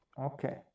Okay